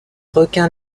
requin